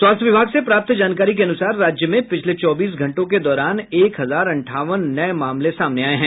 स्वास्थ्य विभाग से प्राप्त जानकारी के अनुसार राज्य में पिछले चौबीस घंटों के दौरान एक हजार अंठावन नये मामले सामने आये हैं